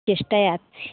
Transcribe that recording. চেষ্টায় আছি